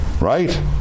Right